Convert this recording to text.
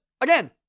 again